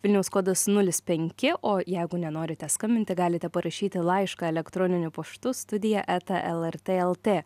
vilniaus kodas nulis penki o jeigu nenorite skambinti galite parašyti laišką elektroniniu paštu studija eta lrt lt